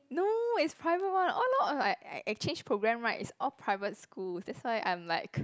no its private one all along exchange program right is all private schools that's why I'm like